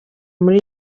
muri